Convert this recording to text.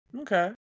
Okay